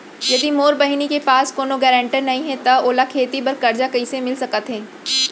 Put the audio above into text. यदि मोर बहिनी के पास कोनो गरेंटेटर नई हे त ओला खेती बर कर्जा कईसे मिल सकत हे?